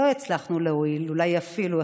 לא הצלחנו להועיל, אולי אפילו החמרנו.